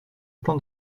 plan